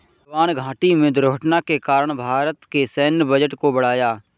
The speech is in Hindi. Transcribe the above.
बलवान घाटी में दुर्घटना के कारण भारत के सैन्य बजट को बढ़ाया